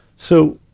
so,